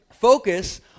Focus